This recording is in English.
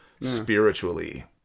spiritually